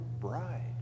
bride